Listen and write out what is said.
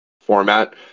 format